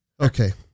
Okay